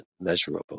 immeasurable